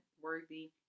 worthy